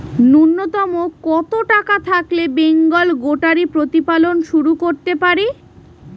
নূন্যতম কত টাকা থাকলে বেঙ্গল গোটারি প্রতিপালন শুরু করতে পারি?